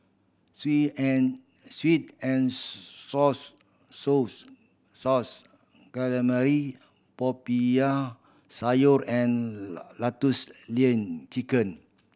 sweet and sweet and souse calamari Popiah Sayur and lotus lean chicken